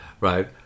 right